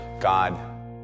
God